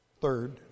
third